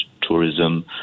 tourism